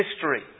history